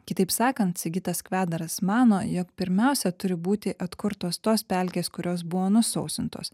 kitaip sakant sigitas kvedaras mano jog pirmiausia turi būti atkurtos tos pelkės kurios buvo nusausintos